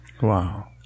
Wow